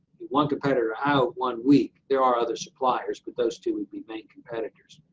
one competitor out one week, there are other suppliers, but those two would be main competitors.